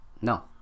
No